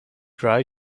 dry